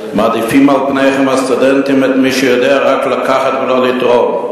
"מעדיפים על פניכם הסטודנטים את מי שיודע רק לקחת ולא לתרום".